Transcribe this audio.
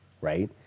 right